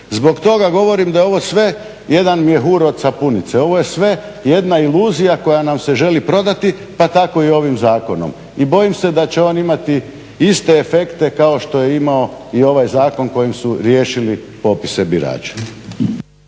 Zbog toga govorim da je ovo sve jedan mjehur od sapunice, ovo je sve jedna iluzija koja nam se želi prodati pa tako i ovim zakonom. I bojim se da će on imati iste efekte kao što je imao i ovaj zakon kojim su riješili popise birača.